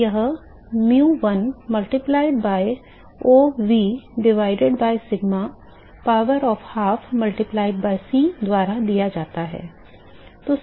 तो यह mu l multiplied by o v divided by sigma power of half multiplied by C द्वारा दिया जाता है